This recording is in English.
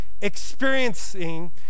experiencing